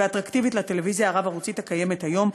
ואטרקטיבית לטלוויזיה הרב-ערוצית הקיימת היום,